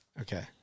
Okay